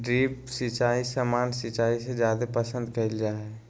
drip सिंचाई सामान्य सिंचाई से जादे पसंद कईल जा हई